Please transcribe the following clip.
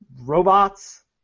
robots